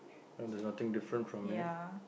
there's nothing different from that